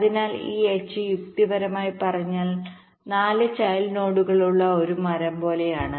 അതിനാൽ ഈ H യുക്തിപരമായി പറഞ്ഞാൽ 4 ചൈൽഡ് നോഡുകളുള്ള ഒരു മരം പോലെയാണ്